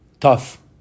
Tough